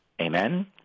Amen